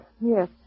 Yes